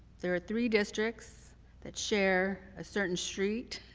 there are three districts that share a certain street,